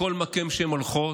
בכל מקום שהן הולכות,